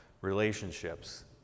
Relationships